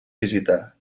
visitar